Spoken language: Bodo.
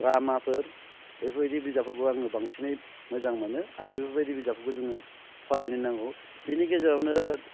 द्रामाफोर बेफोरबायदि बिजाबफोरखौ आङो बांसिनै मोजां मोनो आरो बेफोरबायदि बिजाबफोरखौ जोङो फरायनो नांगौ बेनि गेजेरावनो